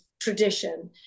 tradition